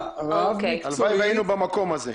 רב מקצועית --- הלוואי והיינו במקום הזה.